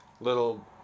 little